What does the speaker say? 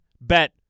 bet